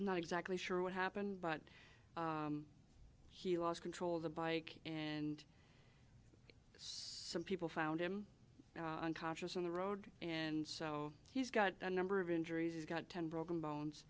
i'm not exactly sure what happened but he lost control of the bike and some people found him unconscious in the road and so he's got a number of injuries he's got ten broken bones